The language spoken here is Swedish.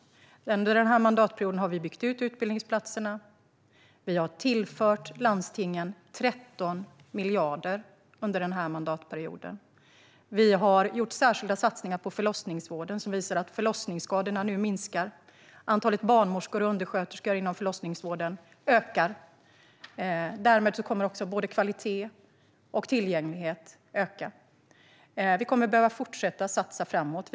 Under den här mandatperioden har vi byggt ut utbildningsplatserna. Vi har tillfört landstingen 13 miljarder under mandatperioden. Vi har gjort särskilda satsningar på förlossningsvården, och nu minskar förlossningsskadorna. Antalet barnmorskor och undersköterskor inom förlossningsvården ökar. Därmed kommer också både kvalitet och tillgänglighet att öka. Vi kommer att behöva fortsätta satsa framåt.